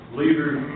leaders